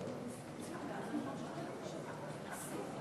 כנסת נכבדה, חשבתי בכלל להתעלם מהנושא של שוויון